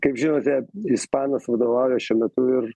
kaip žinote ispanas vadovauja šiuo metu ir